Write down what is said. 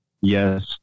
Yes